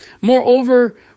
Moreover